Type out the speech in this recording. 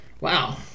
Wow